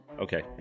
Okay